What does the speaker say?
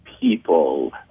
people